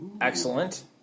Excellent